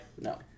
No